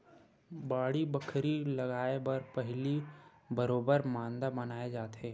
बाड़ी बखरी लगाय बर पहिली बरोबर मांदा बनाए जाथे